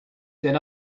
then